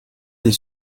des